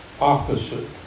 opposite